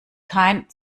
kein